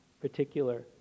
particular